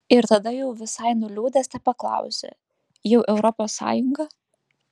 ir tada jau visai nuliūdęs tepaklausia jau europos sąjunga